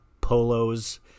polos